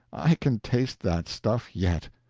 i can taste that stuff yet.